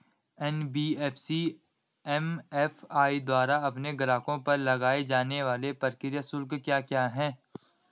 NBFC MFI द्वारा अपने ग्राहकों पर लगाए जाने वाले प्रक्रिया शुल्क क्या क्या हैं?